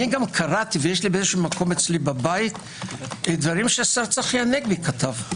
גם קראתי ויש לי בבית דברים שהשר צחי הנגבי כתב.